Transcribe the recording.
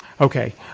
Okay